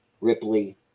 Ripley